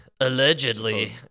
allegedly